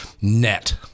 net